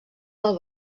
del